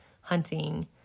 hunting